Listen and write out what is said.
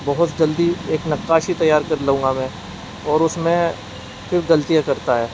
بہت جلدی ایک نقاشی تیار کر لوں گا میں اور اس میں پھر غلطیاں کرتا ہے